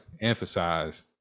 emphasize